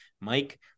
Mike